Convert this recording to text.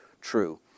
true